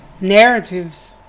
Narratives